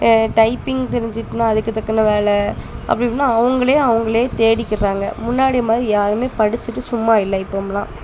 typing தெரிஞ்சிட்டுனால் அதுக்கு தக்கன வேலை அப்படி இப்படினு அவங்களே அவங்களே தேடிக்கிறாங்கள் முன்னாடி மாதிரி யாருமே படிச்சிட்டு சும்மா இல்லை இப்போம்லாம்